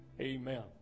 Amen